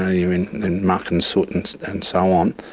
ah you're in muck and soot and and so on,